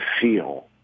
feel